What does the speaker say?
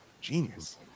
Genius